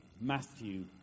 Matthew